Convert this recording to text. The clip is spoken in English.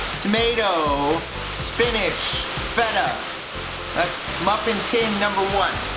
tomato spinach feta that's muffin tin number one.